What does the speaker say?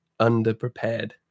underprepared